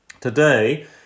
Today